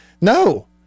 No